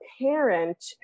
parent